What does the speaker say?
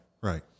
Right